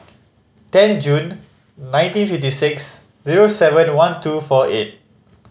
ten June nineteen fifty six zero seven one two four eight